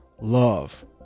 love